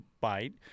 bite